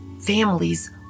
families